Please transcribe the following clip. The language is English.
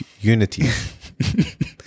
unity